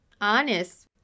honest